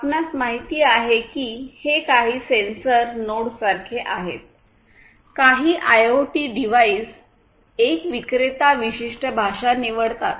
आपणास माहित आहे की हे काही सेन्सर नोड्ससारखे आहे काही आयओटी डिव्हाइस एक विक्रेता विशिष्ट भाषा निवडतात